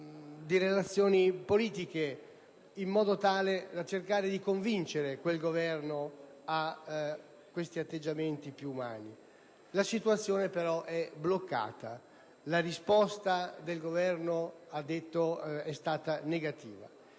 di relazioni politiche, in modo tale da cercare di convincere quel Governo ad atteggiamenti più umani. La situazione però è bloccata; la risposta del Governo birmano è stata negativa.